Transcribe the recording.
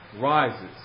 rises